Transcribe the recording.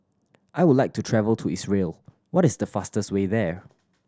I would like to travel to Israel what is the fastest way there